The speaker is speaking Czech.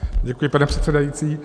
Děkuji, pane předsedající.